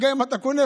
גם אם אתה קונה,